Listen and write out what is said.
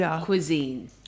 cuisine